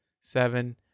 seven